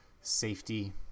safety